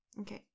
okay